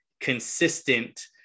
consistent